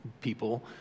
people